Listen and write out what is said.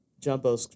jumbo